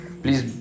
please